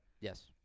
Yes